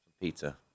pizza